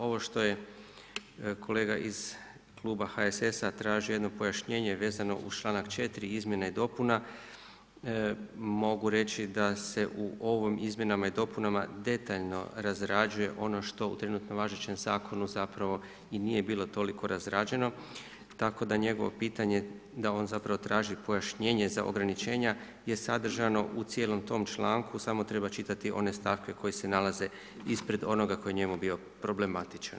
Ovo što je kolega iz kluba HSS-a tražio jedno pojašnjenje vezano uz članak 4. izmjena i dopuna, mogu reći da se u ovim izmjenama i dopunama detaljno razrađuje ono što u trenutno važećem zakonu zapravo i nije bilo toliko razrađeno, tako da njegovo pitanje da on zapravo traži pojašnjenje za ograničenja je sadržano u cijelom tom članku samo treba čitati one stavke koji se nalaze ispred onoga koji je njemu bio problematičan.